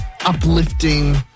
uplifting